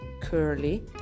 curly